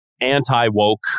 anti-woke